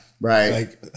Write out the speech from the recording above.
Right